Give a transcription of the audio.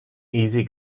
easy